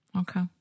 Okay